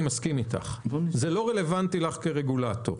אני מסכים איתך, שזה לא רלוונטי לך כרגולטור.